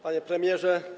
Panie Premierze!